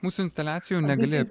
mūsų instaliacijų negali